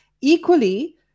Equally